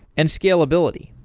and scalability.